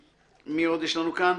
סליחה.